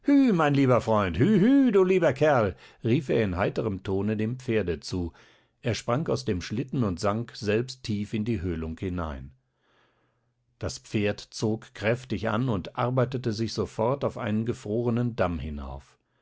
mein lieber freund hü hü du lieber kerl rief er in heiterem tone dem pferde zu er sprang aus dem schlitten und sank selbst tief in die höhlung hinein das pferd zog kräftig an und arbeitete sich sofort auf einen gefrorenen damm hinauf